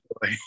boy